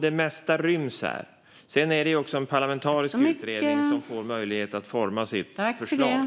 det mesta ryms där. Sedan är det ju också en parlamentarisk utredning som får möjlighet att forma sitt förslag.